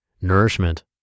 nourishment